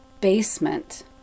basement